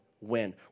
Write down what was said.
win